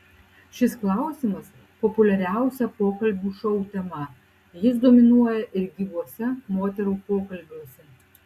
šis klausimas populiariausia pokalbių šou tema jis dominuoja ir gyvuose moterų pokalbiuose